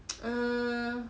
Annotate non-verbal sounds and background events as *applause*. *noise* mmhmm